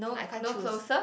like I can't choose